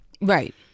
Right